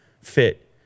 fit